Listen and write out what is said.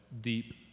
deep